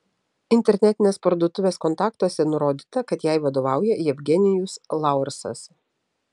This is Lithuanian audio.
internetinės parduotuvės kontaktuose nurodyta kad jai vadovauja jevgenijus laursas